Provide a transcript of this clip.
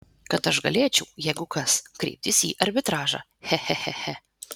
kad aš galėčiau jeigu kas kreiptis į arbitražą che che che che